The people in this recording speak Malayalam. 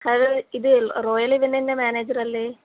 ഹലോ ഇത് റോയൽ ഇവൻറിൻ്റെ മാനേജർ അല്ലേ